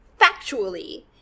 factually